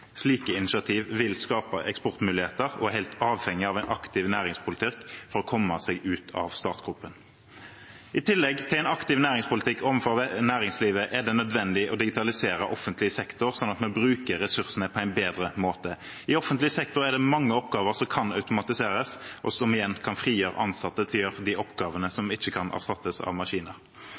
Slike initiativ vil skape eksportmuligheter og er helt avhengig av en aktiv næringspolitikk for å komme ut av startgropen. I tillegg til en aktiv næringspolitikk overfor næringslivet er det nødvendig å digitalisere offentlig sektor, slik at man bruker ressursene på en bedre måte. I offentlig sektor er det mange oppgaver som kan automatiseres, og som igjen kan frigjøre ansatte til å gjøre de oppgavene som ikke kan erstattes av maskiner.